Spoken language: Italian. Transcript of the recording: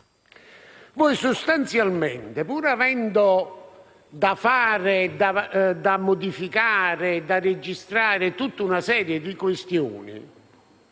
Voi, sostanzialmente, pur avendo da modificare e registrare tutta una serie di questioni,